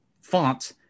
font